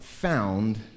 found